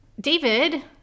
David